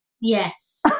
Yes